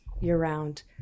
year-round